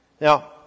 Now